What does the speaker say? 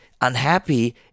unhappy